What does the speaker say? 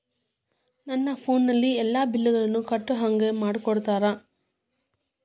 ನನ್ನ ಫೋನಿನಲ್ಲೇ ಎಲ್ಲಾ ಬಿಲ್ಲುಗಳನ್ನೂ ಕಟ್ಟೋ ಹಂಗ ಮಾಡಿಕೊಡ್ತೇರಾ?